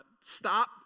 stop